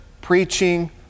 preaching